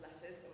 letters